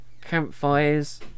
campfires